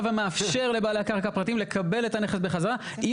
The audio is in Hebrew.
ומאפשר לבעלי הקרקע הפרטיים לקבל את הנכס בחזרה אם